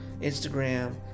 Instagram